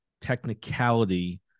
technicality